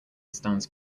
stands